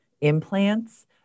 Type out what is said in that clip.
implants